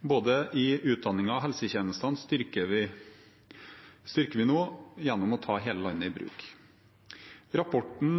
Både utdanningene og helsetjenestene styrker vi nå gjennom å ta hele landet i bruk. Rapporten